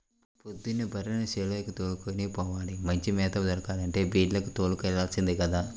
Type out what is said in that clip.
పొద్దున్నే బర్రెల్ని చేలకి దోలుకొని పోవాల, మంచి మేత దొరకాలంటే బీల్లకు తోలుకెల్లాల్సిందే గదా